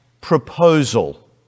proposal